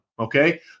Okay